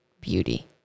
beauty